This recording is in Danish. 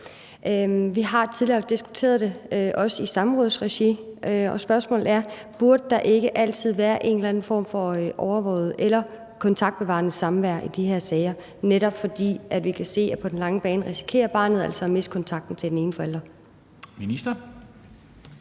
Vi har tidligere diskuteret det, også i samrådsregi, og spørgsmålet er: Burde der ikke altid være en eller anden form for overvåget eller kontaktbevarende samvær i de her sager, netop fordi vi kan se, at barnet på den lange bane altså risikerer at miste kontakten til den ene forælder?